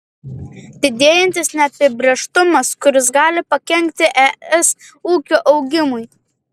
didėjantis neapibrėžtumas kuris gali pakenkti es ūkio augimui